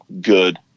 good